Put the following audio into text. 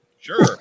Sure